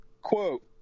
quote